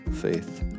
faith